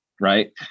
right